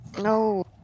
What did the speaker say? No